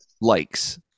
likes